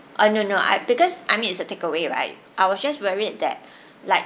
oh no no I because I mean it's a takeaway right I was just worried that like